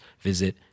visit